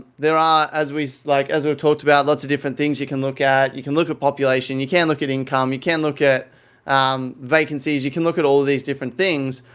there are, as we've like as we've talked about, lots of different things you can look at. you can look at population. you can look at income. you can look at um vacancies. you can look at of these different things,